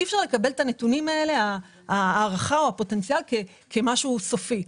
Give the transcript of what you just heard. אי אפשר לקבל את הנתונים האלה כמשהו סופי.